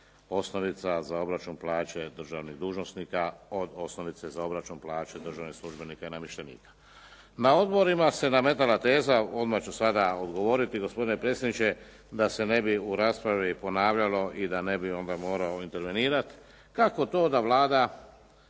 osnovica za obračun plaće državnih dužnosnik, od osnovica za obračun plaće državnih službenika i namještenika. Na odborima se nametala teza, odmah ću sada odgovoriti gospodine predsjedniče, da se ne bi u raspravi ponavljalo i da ne bi onda morao intervenirati, kako to da Vlada